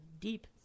deep